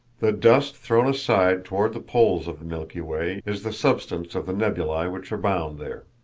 the dust thrown aside toward the poles of the milky way is the substance of the nebulae which abound there.